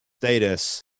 status